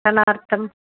अटनार्थम्